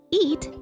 eat